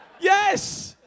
yes